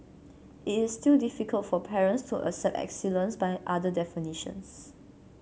it is still difficult for parents to accept excellence by other definitions